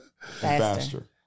faster